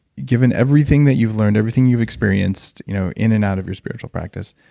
given everything that you've learned, everything you've experienced you know in and out of your spiritual practice,